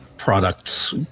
Products